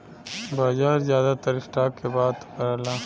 बाजार जादातर स्टॉक के बात करला